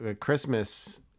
Christmas